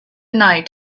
night